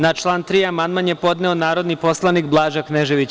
Na član 3. amandman je podneo narodni poslanik Blaža Knežević.